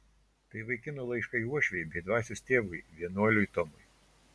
tai vaikino laiškai uošvei bei dvasios tėvui vienuoliui tomui